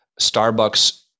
Starbucks